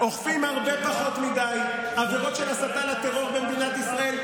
אוכפים הרבה פחות מדי עבירות של הסתה לטרור במדינת ישראל.